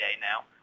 now